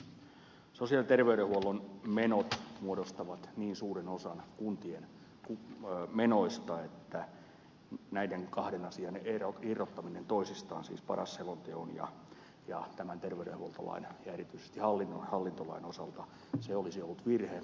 sosiaali ja terveydenhuollon menot muodostavat niin suuren osan kuntien menoista että näiden kahden asian irrottaminen toisistaan siis paras selonteon ja tämän terveydenhuoltolain ja erityisesti hallinnon hallintolain osalta olisi ollut virhe